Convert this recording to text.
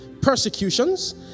persecutions